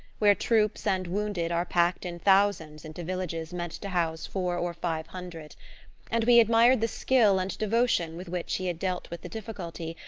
where troops and wounded are packed in thousands into villages meant to house four or five hundred and we admired the skill and devotion with which he had dealt with the difficulty,